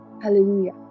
hallelujah